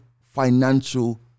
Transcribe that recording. financial